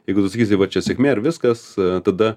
jeigu tu sakysi va čia sėkmė ir viskas tada